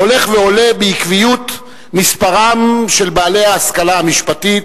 הולך ועולה בעקביות מספרם של בעלי ההשכלה המשפטית,